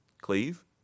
cleave